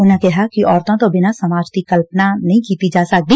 ਉਨੂਾ ਕਿਹਾ ਕਿ ਔਰਤ ਤੋ ਬਿਨਾਂ ਸਮਾਜ ਦੀ ਕਲਪਨਾ ਹੀ ਨਹੀ ਕੀਤੀ ਜਾ ਸਕਦੀ